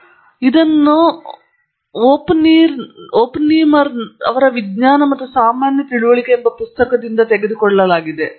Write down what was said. ಹೇಗಾದರೂ ಈ ರೂಪಕದಂತೆ ನಾನು ರೂಪಕವನ್ನು ಸೆಳೆಯಲು ಬಯಸುತ್ತೇನೆ ಇದು ಓಪನ್ಹೀಮರ್ ವಿಜ್ಞಾನ ಮತ್ತು ಸಾಮಾನ್ಯ ತಿಳುವಳಿಕೆ ಎಂಬ ಪುಸ್ತಕವನ್ನು ಹೊಂದಿದೆ